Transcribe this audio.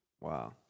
Wow